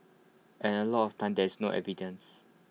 and A lot of the time there's no evidence